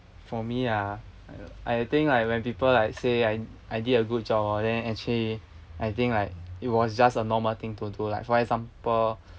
for me ah I think like when people like say I I did a good job orh then actually I think like it was just a normal thing to do like for example